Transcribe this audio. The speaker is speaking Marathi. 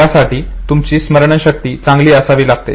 यासाठी तुमची स्मरणशक्ती चांगली असावी लागते